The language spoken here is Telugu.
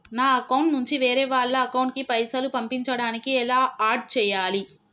నా అకౌంట్ నుంచి వేరే వాళ్ల అకౌంట్ కి పైసలు పంపించడానికి ఎలా ఆడ్ చేయాలి?